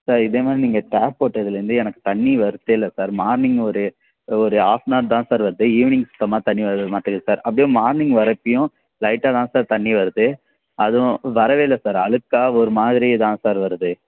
sir இதேமாதிரி நீங்கள் tap போட்டதுலேருந்து எனக்கு தண்ணி வர்றதேல்ல சார் மார்னிங் ஒரு ஒரு ஆஃப் ஆன் ஆர் தான் சார் வருது ஈவினிங் சுத்தமாக தண்ணி வரவே மாட்டுக்குது சார் அப்படியே மார்னிங் வர்றப்பயும் லைட்டாக தான் சார் தண்ணி வருது அதுவும் வரவே இல்லை சார் அழுக்காக ஒரு மாதிரிதான் சார் வருது